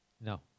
No